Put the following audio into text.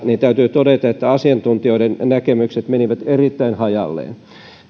niin täytyy todeta että asiantuntijoiden näkemykset menivät erittäin hajalleen